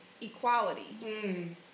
equality